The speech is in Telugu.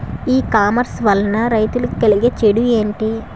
ఈ కామర్స్ వలన రైతులకి కలిగే చెడు ఎంటి?